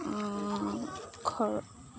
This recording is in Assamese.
ঘৰ